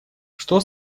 что